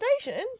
station